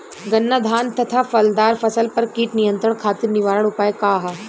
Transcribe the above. धान गन्ना तथा फलदार फसल पर कीट नियंत्रण खातीर निवारण उपाय का ह?